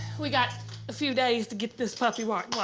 we got a few days to get this puppy right.